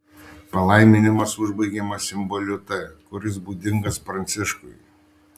palaiminimas užbaigiamas simboliu t kuris būdingas pranciškui